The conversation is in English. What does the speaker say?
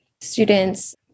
students